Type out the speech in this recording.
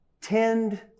tend